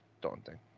daunting